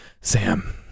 Sam